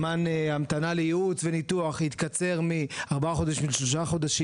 זמן המתנה לייעוץ וניתוח יתקצר מארבעה חודשים לשלושה חודשים.